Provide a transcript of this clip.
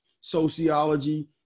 sociology